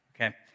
Okay